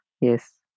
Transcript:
yes